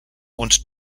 und